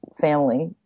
family